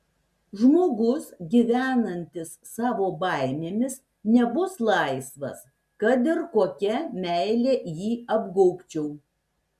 žmogus gyvenantis savo baimėmis nebus laisvas kad ir kokia meile jį apgaubčiau